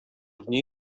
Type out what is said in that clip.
dnie